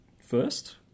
first